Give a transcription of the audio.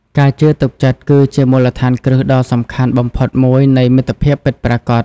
ការជឿទុកចិត្តគឺជាមូលដ្ឋានគ្រឹះដ៏សំខាន់បំផុតមួយនៃមិត្តភាពពិតប្រាកដ។